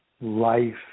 life